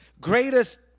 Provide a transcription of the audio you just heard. greatest